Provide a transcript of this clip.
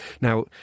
Now